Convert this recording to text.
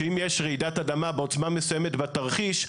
שאם יש רעידת אדמה בעוצמה מסוימת בתרחיש,